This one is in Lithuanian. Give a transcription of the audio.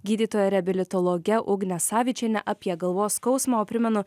gydytoja reabilitologe ugne savičiene apie galvos skausmą o primenu